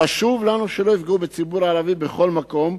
חשוב לנו שלא יפגעו בציבור הערבי בכל מקום,